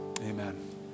Amen